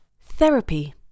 Therapy